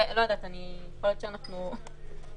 לעבור לתחום אחר או לעשות יותר פעילות במקום